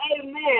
Amen